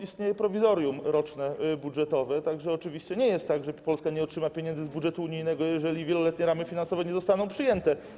Istnieje roczne prowizorium budżetowe, tak że oczywiście nie jest tak, że Polska nie otrzyma pieniędzy z budżetu unijnego, jeżeli wieloletnie ramy finansowe nie zostaną przyjęte.